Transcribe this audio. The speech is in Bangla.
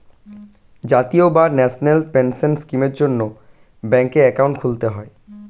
জাতীয় বা ন্যাশনাল পেনশন স্কিমের জন্যে ব্যাঙ্কে অ্যাকাউন্ট খুলতে হয়